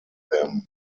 them